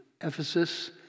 Ephesus